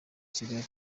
kigali